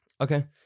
Okay